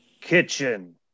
Kitchen